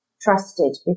trusted